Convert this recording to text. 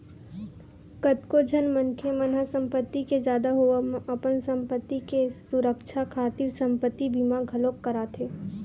कतको झन मनखे मन ह संपत्ति के जादा होवब म अपन संपत्ति के सुरक्छा खातिर संपत्ति बीमा घलोक कराथे